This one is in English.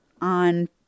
on